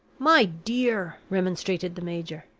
my dear! remonstrated the major.